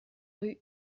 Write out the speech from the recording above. rue